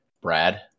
brad